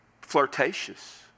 flirtatious